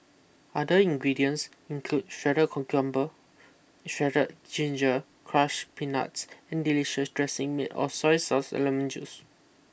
other ingredients include shredded cucumber shredded ginger crush peanuts and delicious dressing made of soy sauce and lemon juice